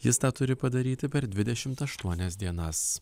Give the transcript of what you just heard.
jis turi padaryti per dvidešimt aštuonias dienas